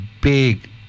big